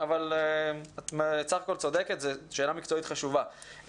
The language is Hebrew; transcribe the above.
את צודקת שזו שאלה מקצועית חשובה.